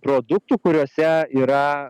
produktų kuriuose yra